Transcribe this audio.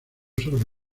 sobre